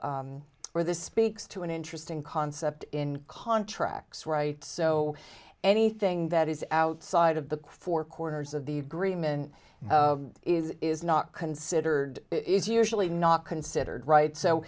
where this speaks to an interesting concept in contracts right so anything that is outside of the four corners of the agreement is not considered it's usually not considered right so